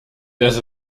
des